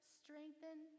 strengthen